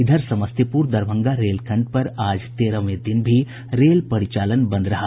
इधर समस्तीपुर दरभंगा रेलखंड पर आज तेरहवें दिन भी रेल परिचालन बंद रहा